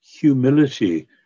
humility